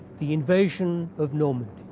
the invasion of normandy.